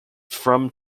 from